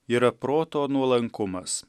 yra proto nuolankumas